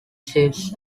ships